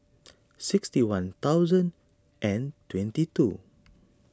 sixty one thousand and twenty two